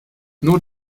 nur